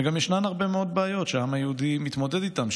וגם ישנן הרבה מאוד בעיות שהעם היהודי מתמודד איתן,